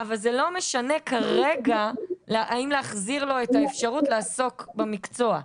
אבל זה לא משנה כרגע האם להחזיר לו את האפשרות לעסוק במקצוע.